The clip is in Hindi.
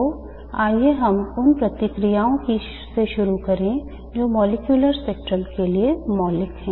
तो आइए हम उन प्रक्रियाओं से शुरू करें जो मॉलिक्यूलर स्पेक्ट्रम के लिए मौलिक हैं